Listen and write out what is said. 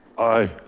aye.